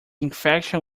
infection